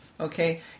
Okay